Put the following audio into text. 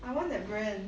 I want that brand